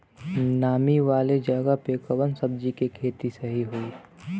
नामी वाले जगह पे कवन सब्जी के खेती सही होई?